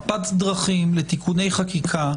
מפת דרכים לתיקוני חקיקה,